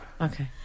Okay